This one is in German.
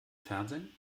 fernsehen